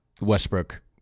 Westbrook